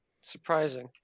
Surprising